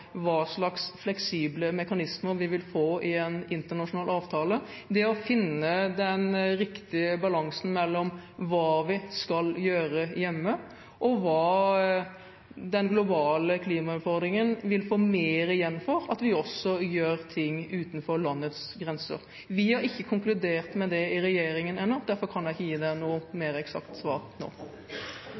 få i en internasjonal avtale. Vi må finne den riktige balansen mellom hva vi skal gjøre hjemme, og hva man vil få mer igjen for med hensyn til den globale klimautfordringen ved at vi også gjør ting utenfor landets grenser. Vi har ikke konkludert på det i regjeringen ennå, derfor kan jeg ikke gi representanten noe mer eksakt svar nå.